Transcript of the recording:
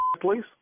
please